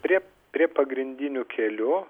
prie prie pagrindinių kelių